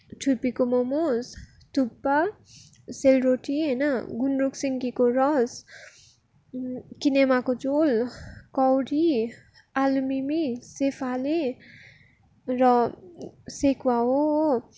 छुर्पीको मोमोस थुक्पा सेल रोटी होइन गुन्द्रुक सिन्कीको रस किनामाको झोल कौडी आलु मिमी सेफाले र सेकुवा हो हो